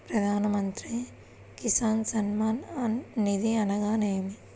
ప్రధాన మంత్రి కిసాన్ సన్మాన్ నిధి అనగా ఏమి?